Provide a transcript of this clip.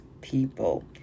people